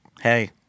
Hey